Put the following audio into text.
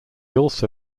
also